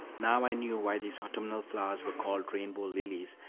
now i knew why these autumnal flowers were called rainbow lilies,